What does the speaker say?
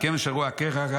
וכיוון שראו אחיה כך,